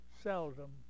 seldom